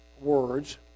words